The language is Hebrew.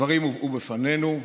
והדברים הובאו בפנינו,